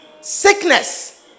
Sickness